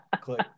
Click